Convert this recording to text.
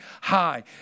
high